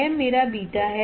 यह मेरा बीटा है